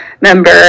member